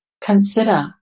Consider